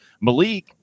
Malik